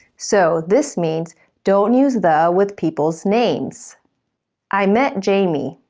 so, this means don't use the with people's names i met jamie.